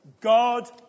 god